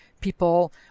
people